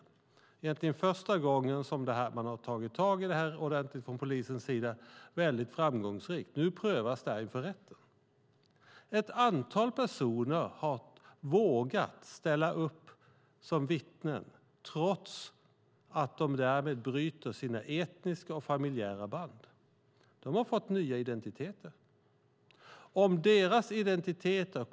Det är egentligen första gången som man har tagit tag i det här ordentligt från polisens sida, och det är väldigt framgångsrikt. Nu prövas detta inför rätten. Ett antal personer har vågat ställa upp som vittnen, trots att de därmed bryter sina etniska band och familjeband. De har fått nya identiteter.